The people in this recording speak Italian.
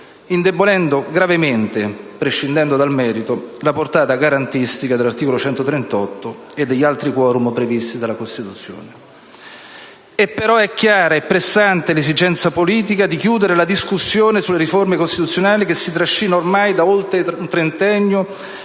indebolendo gravemente - prescindendo dal merito - la portata garantistica dell'articolo 138 e degli altri *quorum* previsti dalla Costituzione. Tuttavia, è chiara e pressante l'esigenza politica di chiudere la discussione sulle riforme costituzionali che si trascina ormai da oltre un trentennio,